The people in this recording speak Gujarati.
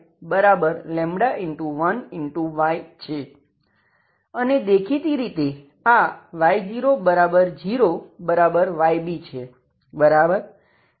Y છે અને દેખીતી રીતે આ Y00Y છે બરાબર